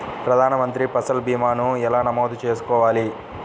ప్రధాన మంత్రి పసల్ భీమాను ఎలా నమోదు చేసుకోవాలి?